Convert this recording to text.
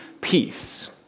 peace